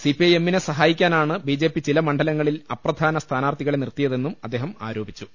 സിപിഐഎമ്മിനെ സഹായി ക്കാനാണ് B J P ചില മണ്ഡലങ്ങളിൽ അപ്രധാന സ്ഥാനാർത്ഥികളെ നിർത്തിയതെന്നും അദ്ദേഹം ആരോപിച്ചു